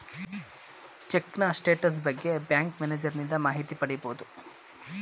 ಚಿಕ್ಕಿನ status ಬಗ್ಗೆ bank ಮ್ಯಾನೇಜರನಿಂದ ಮಾಹಿತಿ ಪಡಿಬೋದು